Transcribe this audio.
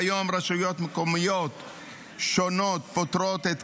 כיום רשויות מקומיות שונות פוטרות את